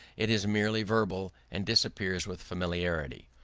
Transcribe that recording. it is merely verbal and disappears with familiarity.